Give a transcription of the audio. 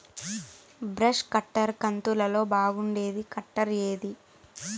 Brush cutter కంతులలో బాగుండేది cutter ఏది?